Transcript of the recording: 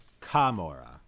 Kamora